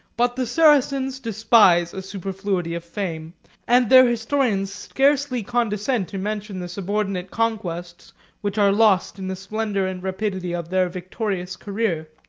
but the saracens despise a superfluity of fame and their historians scarcely condescend to mention the subordinate conquests which are lost in the splendor and rapidity of their victorious career.